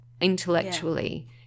intellectually